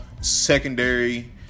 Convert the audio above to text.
Secondary